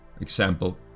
example